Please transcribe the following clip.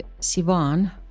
Sivan